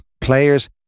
players